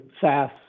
SaaS